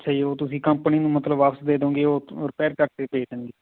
ਅੱਛਾ ਜੀ ਉਹ ਤੁਸੀਂ ਕੰਪਨੀ ਨੂੰ ਮਤਲਬ ਵਾਪਿਸ ਦੇ ਦਓਗੇ ਉਹ ਰਿਪੇਅਰ ਕਰਕੇ ਭੇਜ ਦੇਣਗੇ